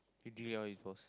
speaking well of his boss